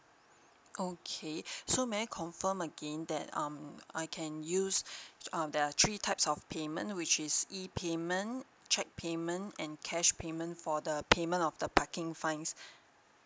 okay so may I confirm again that um I can use um there are three types of payment which is E payment cheque payment and cash payment for the payment of the parking fines